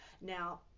Now